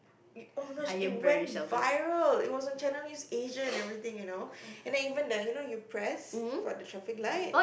oh-my-gosh it went viral it was on Channel News Asia and everything you know and that even the you know when you press for the traffic light